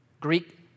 Greek